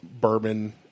bourbon